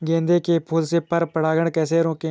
गेंदे के फूल से पर परागण कैसे रोकें?